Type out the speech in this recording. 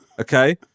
Okay